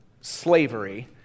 slavery